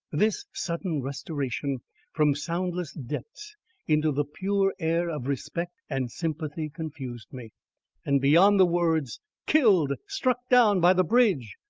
this sudden restoration from soundless depths into the pure air of respect and sympathy confused me and beyond the words killed! struck down by the bridge!